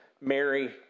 Mary